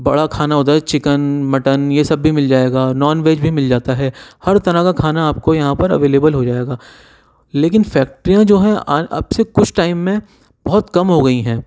بڑا کھانا ہوتا ہے چکن مٹن یہ سب بھی مل جائے گا اور نان ویج بھی مل جاتا ہے ہر طرح کا کھانا آپ کو یہاں پر اویلیبل ہو جائے گا لیکن فیکٹریاں جو ہیں اب سے کچھ ٹائم میں بہت کم ہو گئی ہیں